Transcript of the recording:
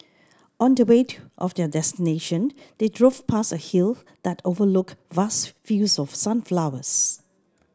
on the way to of their destination they drove past a hill that overlooked vast fields of sunflowers